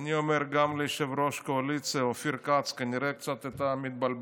אני אומר גם ליושב-ראש הקואליציה אופיר כץ: כנראה אתה קצת מתבלבל.